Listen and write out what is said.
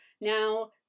Now